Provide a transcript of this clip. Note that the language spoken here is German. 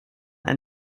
ein